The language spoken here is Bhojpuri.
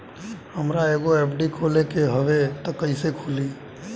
हमरा एगो एफ.डी खोले के हवे त कैसे खुली?